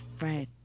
right